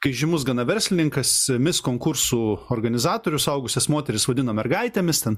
kai įžymus gana verslininkas mis konkursų organizatorius suaugusias moteris vadino mergaitėmis ten